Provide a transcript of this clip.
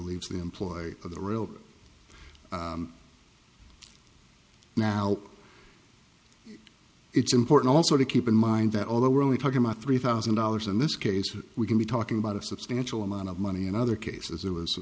leaves the employ of the real now it's important also to keep in mind that although we're only talking about three thousand dollars in this case we can be talking about a substantial amount of money in other cases